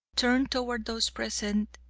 turned toward those present,